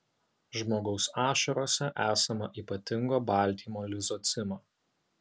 žmogaus ašarose esama ypatingo baltymo lizocimo